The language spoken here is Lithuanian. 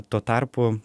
tuo tarpu